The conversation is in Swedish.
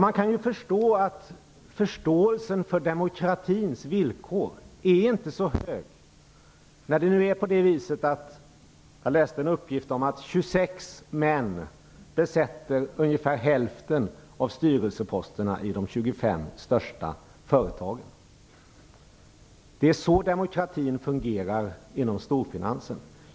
Man kan förstå att förståelsen för demokratins villkor inte är så stor. Jag läste en uppgift om att 26 män besätter ungefär hälften av styrelseposterna i de 25 största företagen. Det är så demokratin fungerar inom storfinansen.